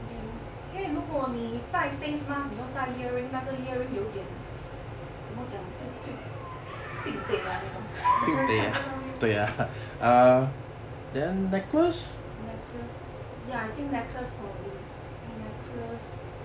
earrings eh 如果你带 face mask 你又带 earring 那个 earring 有点 怎么讲就就 din teh eh 你懂就档在那边 necklace ya I think necklace probably necklace